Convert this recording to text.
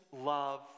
love